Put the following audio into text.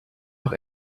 noch